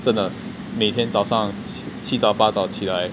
真的每天早上起早八早起来